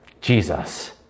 Jesus